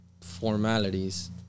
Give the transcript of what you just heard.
formalities